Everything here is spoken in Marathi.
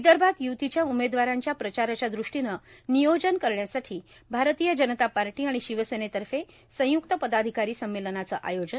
विदर्भात युतीच्या उमेदवारांच्या प्रचाराच्या दृष्टीनं नियोजन करण्यासाठी भारतीय जनता पार्टी आणि शिवसेनेतर्फे संयुक्त पदाधिकारी संमेलनाचं आयोजन